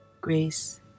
Grace